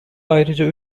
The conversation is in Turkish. ayrıca